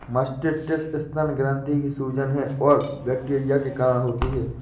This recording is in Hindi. मास्टिटिस स्तन ग्रंथि की सूजन है और बैक्टीरिया के कारण होती है